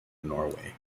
norway